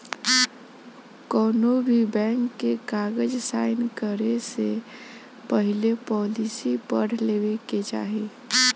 कौनोभी बैंक के कागज़ साइन करे से पहले पॉलिसी पढ़ लेवे के चाही